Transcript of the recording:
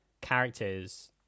characters